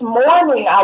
morning